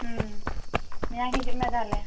ᱢᱮᱭᱟᱝ ᱦᱤᱡᱩᱜ ᱢᱮ ᱛᱟᱦᱚᱞᱮ